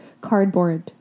cardboard